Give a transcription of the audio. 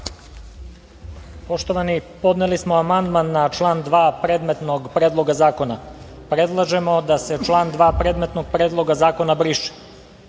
Poštovani, podneli smo amandman na član 2. predmetnog predloga zakona. Predlažemo da se član 2. predmetnog predloga zakona